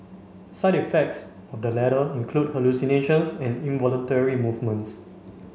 side effects of the latter include hallucinations and involuntary movements